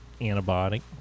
antibiotic